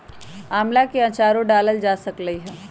आम्ला के आचारो डालल जा सकलई ह